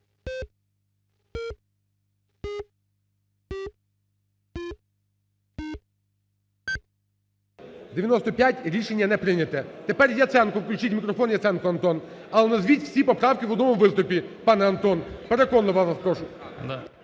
За-95 Рішення не прийнято. Тепер Яценко. Включіть мікрофон Яценко Антон. Але назвіть всі поправки в одному виступі, пане Антон, переконливо вас прошу.